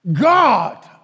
God